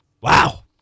Wow